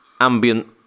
ambient